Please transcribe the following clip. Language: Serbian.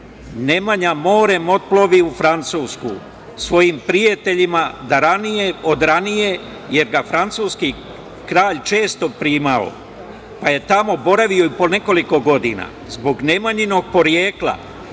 „Nemanja morem otplovi u Francusku svojim prijateljima od ranije, jer ga je francuskih kralj često primao, pa je tamo boravio po nekoliko godina. Zbog Nemanjinog porekla,